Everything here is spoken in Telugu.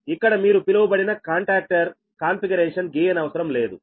ఇక్కడ మీరు పిలువబడిన కాంటాక్టర్ కాన్ఫిగరేషన్ గీయనవసరం లేదు